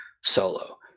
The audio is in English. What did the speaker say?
solo